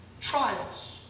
Trials